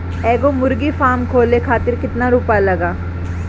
एगो मुर्गी फाम खोले खातिर केतना रुपया लागेला?